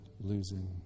losing